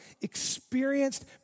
experienced